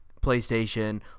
PlayStation